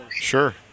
Sure